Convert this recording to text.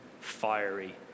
fiery